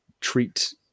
treat